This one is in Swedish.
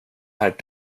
här